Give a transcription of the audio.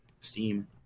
Steam